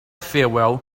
farewell